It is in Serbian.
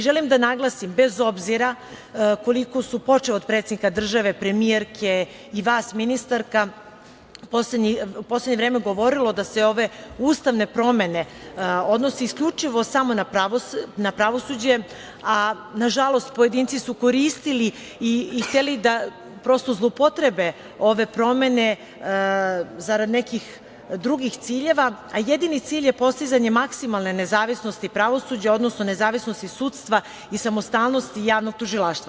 Želim da naglasim, bez obzira koliko se, počev od predsednika države, premijerke i vas ministarka, u poslednje vreme govorilo da se ove ustavne promene odnose isključivo i samo na pravosuđe, a nažalost pojedinci su koristili i hteli da zloupotrebe ove promene zarad nekih drugih ciljeva, jedini cilj je postizanje maksimalne nezavisnosti pravosuđa, odnosno nezavisnosti sudstva i samostalnosti javnog tužilaštva.